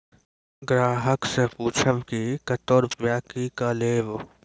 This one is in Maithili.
ग्राहक से पूछब की कतो रुपिया किकलेब?